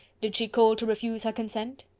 did she call to refuse her consent?